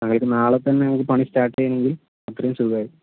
അതായത് നാളെ തന്നെ പണി സ്റ്റാർട്ട് ചെയ്യുകയാണെങ്കിൽ അത്രയും സുഖമായിരിക്കും